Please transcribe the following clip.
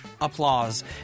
Applause